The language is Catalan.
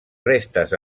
restes